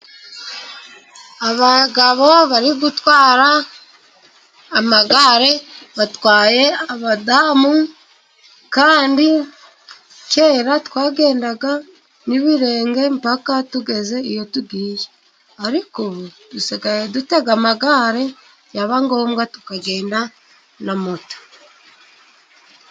Abagabo bari gutwara amagare， batwaye abadamu， kandi kera twagendaga n'ibirenge， mpaka tugeze iyo tugiye. Ariko ubu， dusigaye dutega amagare byaba ngombwa tukagenda na moto.